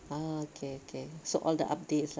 ah okay okay so all the updates lah